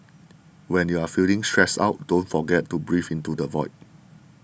when you are feeling stressed out don't forget to breathe into the void